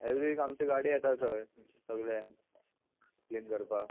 every week आमची गाडी येता थंय सगले क्लीन करपाक